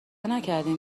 نکردین